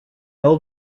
old